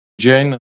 Jane